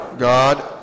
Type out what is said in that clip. God